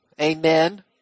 amen